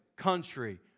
country